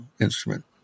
instrument